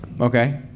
Okay